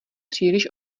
příliš